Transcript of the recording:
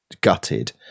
gutted